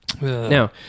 Now